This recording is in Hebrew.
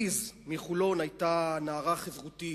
ליז מחולון היתה נערה חברותית,